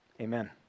Amen